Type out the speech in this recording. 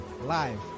live